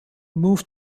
moved